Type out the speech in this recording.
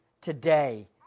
today